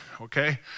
okay